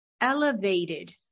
elevated